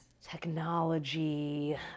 Technology